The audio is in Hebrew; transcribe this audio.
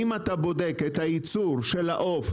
אם אתה בודק את הייצור של העוף,